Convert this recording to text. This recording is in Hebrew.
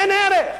אין ערך.